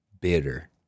bitter